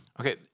Okay